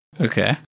Okay